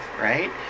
right